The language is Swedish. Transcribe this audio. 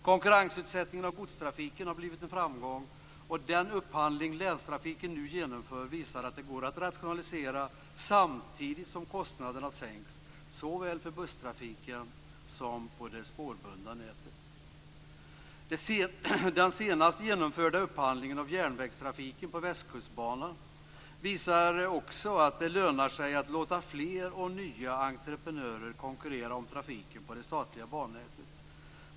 Konkurrensutsättningen av godstrafiken har blivit en framgång, och den upphandling som länstrafiken nu genomför visar att det går att rationalisera samtidigt som kostnaderna sänks, såväl för busstrafiken som på det spårbundna nätet. Den senast genomförda upphandlingen av järnvägstrafiken på Västkustbanan visar också att det lönar sig att låta fler och nya entreprenörer konkurrera om trafiken på det statliga bannätet.